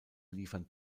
liefern